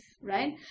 right